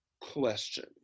question